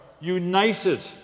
united